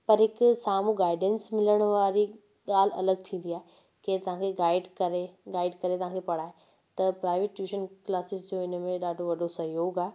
पर हिकु साम्हूं गाइडेंस मिलण वारी ॻाल्हि अलॻि थींदी आहे केर तव्हांखे गाइड करे गाइड करे तव्हांखे पढ़ाए त प्राइवेट ट्यूशन क्लासिस जो हिन में ॾाढो वॾो सहयोग आहे